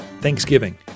Thanksgiving